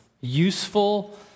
useful